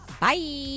Bye